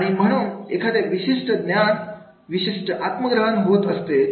आणि म्हणून म्हणून एखाद्या विशिष्ट ज्ञान विशिष्ट आत्म ग्रहण होत असते